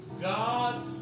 God